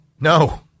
No